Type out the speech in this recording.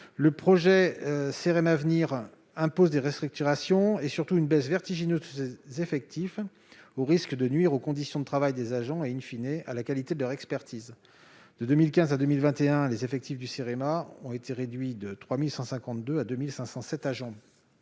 Le projet Cerem'Avenir impose des restructurations et, surtout, une baisse vertigineuse de ses effectifs, au risque de nuire aux conditions de travail des agents et, à la qualité de leur expertise. De 2015 à 2021, les effectifs du Cerema ont été réduits de 3 152 à 2 507 agents.